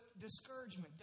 discouragement